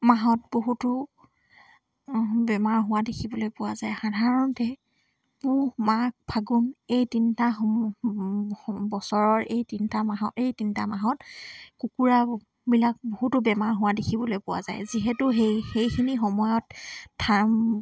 মাহত বহুতো বেমাৰ হোৱা দেখিবলৈ পোৱা যায় সাধাৰণতে পুহ মাঘ ফাগুন এই তিনিটা সম বছৰৰ এই তিনিটা মাহৰ এই তিনিটা মাহত কুকুৰাবিলাক বহুতো বেমাৰ হোৱা দেখিবলৈ পোৱা যায় যিহেতু সেই সেইখিনি সময়ত থাম